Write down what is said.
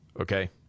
okay